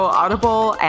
audible